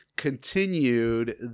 continued